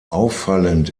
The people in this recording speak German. auffallend